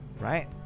Right